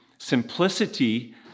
simplicity